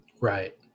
Right